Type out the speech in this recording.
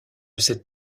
cet